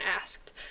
asked